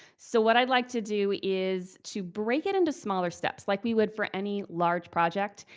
so what i'd like to do is to break it into smaller steps, like we would for any large project,